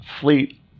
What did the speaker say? fleet